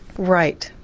right,